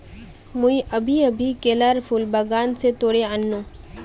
मुई अभी अभी केलार फूल बागान स तोड़े आन नु